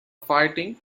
fighting